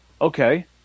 Okay